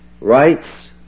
Rights